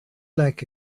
like